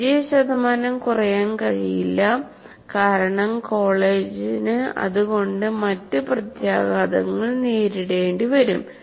വിജയശതമാനം കുറയാൻ കഴിയില്ല കാരണം കോളേജിന് അതുകൊണ്ട് മറ്റ് പ്രത്യാഘാതങ്ങൾ നേരിടേണ്ടിവരും